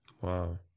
Wow